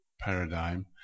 paradigm